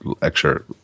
lecture